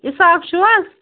اِساق چھُوا